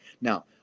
now